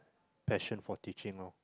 passion for teaching lor